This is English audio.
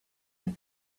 have